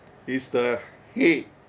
it's the head